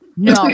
No